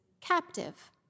captive